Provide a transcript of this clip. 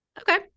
Okay